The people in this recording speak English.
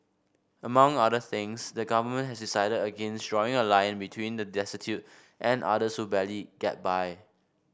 among other things the government has decided against drawing a line between the destitute and others who barely get by